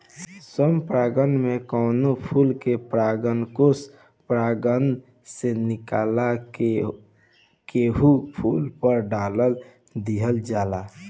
स्व परागण में कवनो फूल के परागकोष परागण से निकाल के ओही फूल पर डाल दिहल जाला